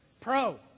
pro